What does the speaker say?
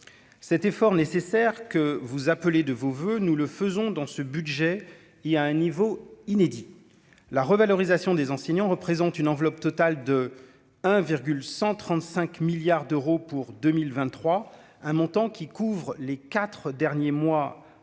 cet effort nécessaire que vous appelez de vos voeux, nous le faisons dans ce budget, il y a un niveau inédit, la revalorisation des enseignants représentent une enveloppe totale de 1 135 milliards d'euros pour 2023, un montant qui couvre les 4 derniers mois de